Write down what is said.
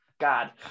god